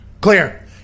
clear